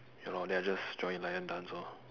ya lor then I just join lion dance lor